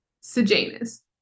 Sejanus